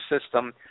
system